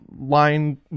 line